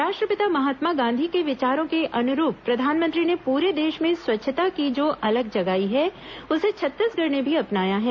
राष्ट्रपिता महात्मा गांधी के विचारों के अनुरूप प्रधानमंत्री ने पूरे देश में स्वच्छता की जो अलख जगाई है उसे छत्तीसगढ़ ने भी अपनाया है